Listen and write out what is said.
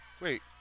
Wait